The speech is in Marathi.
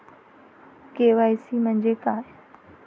के.वाय.सी म्हंजे काय?